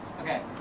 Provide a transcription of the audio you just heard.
Okay